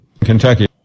Kentucky